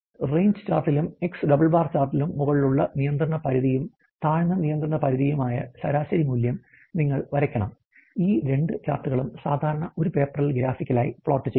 range ചാർട്ടിലും X double bar ചാർട്ടിലും മുകളിലുള്ള നിയന്ത്രണ പരിധിയും താഴ്ന്ന നിയന്ത്രണ പരിധിയുമായ ശരാശരി മൂല്യം നിങ്ങൾ വരയ്ക്കണം ഈ 2 ചാർട്ടുകളും സാധാരണ ഒരു പേപ്പറിൽ ഗ്രാഫിക്കലായി പ്ലോട്ട് ചെയ്യുന്നു